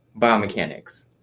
biomechanics